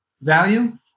value